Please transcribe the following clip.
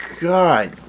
God